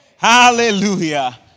Hallelujah